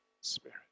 Spirit